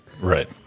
Right